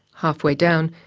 halfway down,